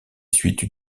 suites